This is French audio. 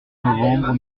novembre